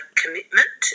commitment